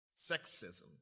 sexism